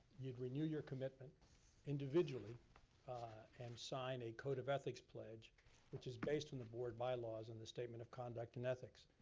you'd renew your commitment individually and sign a code of ethics pledge which is based on the board bylaws and the statement of conduct and ethics.